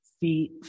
feet